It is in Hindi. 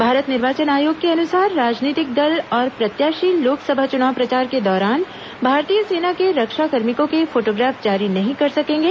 भारत निर्वाचन आयोग के अनुसार राजनीतिक दल और प्रत्याशी लोकसभा चुनाव प्रचार के दौरान भारतीय सेना के रक्षा कार्मिकों के फोटोग्राफ जारी नहीं कर सकेंगे